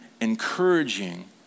encouraging